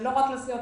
ולא רק לסיעות